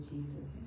Jesus